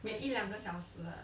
每一两个小时 ah